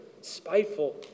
spiteful